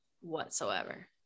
whatsoever